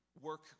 work